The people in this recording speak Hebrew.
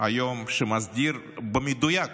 היום שמסדיר במדויק